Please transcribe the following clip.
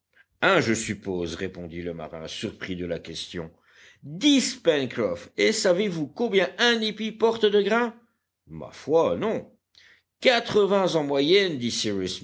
un je suppose répondit le marin surpris de la question dix pencroff et savez-vous combien un épi porte de grains ma foi non quatre-vingts en moyenne dit